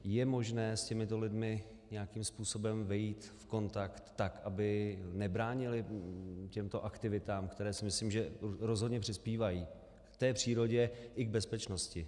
Je možné s těmito lidmi nějakým způsobem vejít v kontakt, tak aby nebránili těmto aktivitám, které si myslím, že rozhodně přispívají k té přírodě i k bezpečnosti?